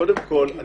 קודם כל,